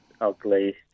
ugly